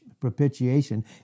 propitiation